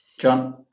John